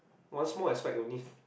one small aspect only